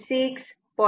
6 0